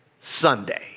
Sunday